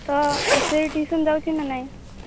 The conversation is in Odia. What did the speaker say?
ତ ସେ ଟିଉସନ୍ ଯାଉଛି ନା ନାଇଁ